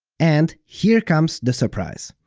and here comes the surprise!